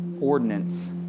ordinance